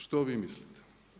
Što vi mislite?